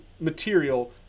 material